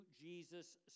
Jesus